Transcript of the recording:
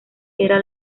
era